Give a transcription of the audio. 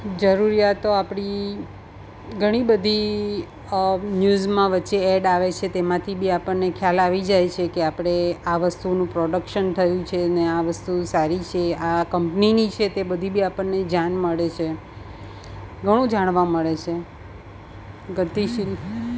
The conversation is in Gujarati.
જરૂરીયાતો આપણી ઘણી બધી ન્યુઝમાં વચ્ચે એડ આવે છે તેમાંથી બી આપણને ખ્યાલ આવી જાય છે કે આપડે આ વસ્તુનું પ્રોડક્શન થયું છે ને આ વસ્તુ સારી છે આ કંપનીની છે તે બધી બી આપણને જાણ મળે છે ઘણું જાણવા મળે છે ગતિશીલ